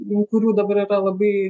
dėl kurių dabar yra labai